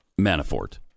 Manafort